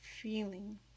feeling